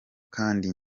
kandi